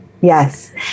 yes